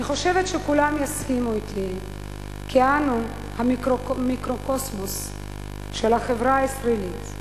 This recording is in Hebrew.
אני חושבת שכולם יסכימו אתי שאנו המיקרוקוסמוס של החברה הישראלית,